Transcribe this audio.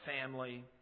family